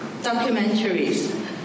documentaries